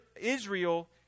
Israel